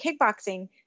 kickboxing